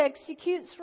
executes